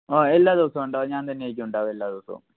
ആ എല്ലാ ദിവസവും ഉണ്ടാകും ഞാൻ തന്നെയായിരിക്കും ഉണ്ടാവുക എല്ലാ ദിവസവും